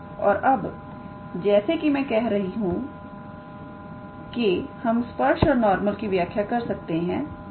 और अब जैसे कि मैं कह रही था कि हम स्पर्श और नॉर्मल की व्याख्या कर सकते हैं